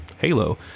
Halo